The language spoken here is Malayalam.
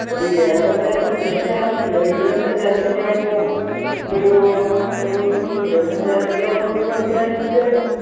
ഒരു ഏകദേശം വലിയ ആളൊന്നുമില്ല ഒരു ഇരുപത്തഞ്ചേത്തയ്ക്കാ അപ്പവും ഒരു ഒരു ഇരുപത്തഞ്ചേത്തയ്ക്കാ അപ്പവും ഒരു പത്തു പതിനഞ്ച്